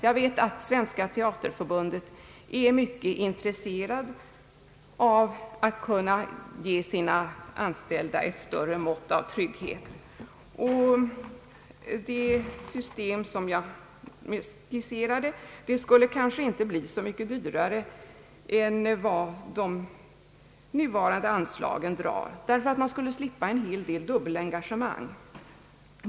Jag vet att Svenska Teaterförbundet är mycket intresserat av att kunna ge sina anställda ett större mått av trygghet. Det system som jag nyss skisserade skulle kanske inte bli så mycket dyrare än det nuvarande, därför att man skulle slippa en hel del dubbelengagemang.